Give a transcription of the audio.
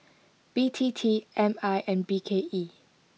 B T T M I and B K E